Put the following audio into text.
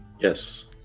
Yes